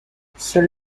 seuls